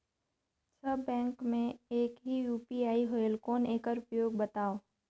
सब bank मे एक ही यू.पी.आई होएल कौन एकर उपयोग बताव?